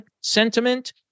Sentiment